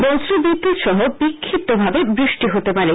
বজ্রবিদ্যুৎসহ বিষ্ফিপ্তভাবে বৃষ্টি হতে পারে